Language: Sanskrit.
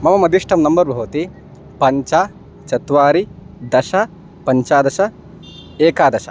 मम मदिष्टं नम्बर् भवति पञ्च चत्वारि दश पञ्चदश एकादश